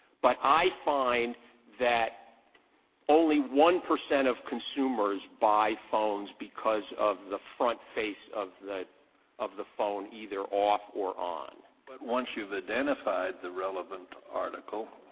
but i find that only one percent of consumers buy phones because of the front face of the of the phone either off or on. kennedy but once you've identified the relevant article,